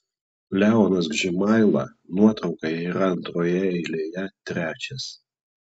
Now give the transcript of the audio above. leonas gžimaila nuotraukoje yra antroje eilėje trečias